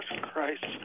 Christ